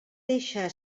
deixa